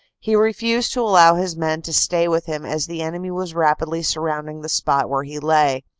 he refused to allow his men to stay with him as the enemy was rapidly surrounding the spot where he lay.